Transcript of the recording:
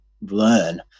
learn